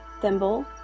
Thimble